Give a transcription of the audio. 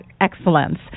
excellence